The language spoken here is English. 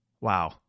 Wow